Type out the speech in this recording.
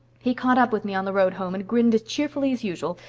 he caught up with me on the road home, and grinned as cheerfully as usual.